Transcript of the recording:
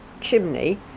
chimney